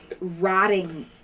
rotting